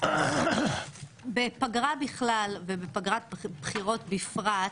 בפגרה בכלל ובפגרת בחירות בפרט,